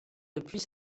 depuis